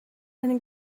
and